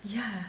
yeah